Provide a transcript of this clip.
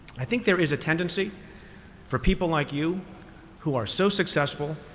i think there is a tendency for people like you who are so successful,